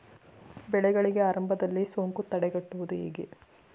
ಬೆಳೆಗಳಿಗೆ ಆರಂಭದಲ್ಲಿ ಸೋಂಕು ತಡೆಗಟ್ಟುವುದು ಹೇಗೆ?